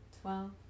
twelve